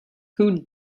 who